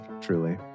truly